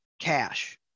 cash